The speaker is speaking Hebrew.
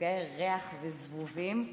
מפגעי ריח וזבובים.